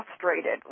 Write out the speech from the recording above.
frustrated